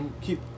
keep